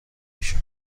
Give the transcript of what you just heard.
میشد